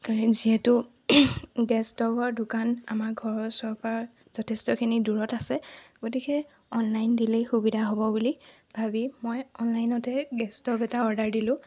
কাৰণ যিহেতু গেছ ষ্ট'ভৰ দোকান আমাৰ ঘৰৰ ওচৰৰ পৰা যথেষ্টখিনি দূৰত আছে গতিকে অনলাইন দিলেই সুবিধা হ'ব বুলি ভাবি মই অনলাইনতে গেছ ষ্ট'ভ এটা অৰ্ডাৰ দিলোঁ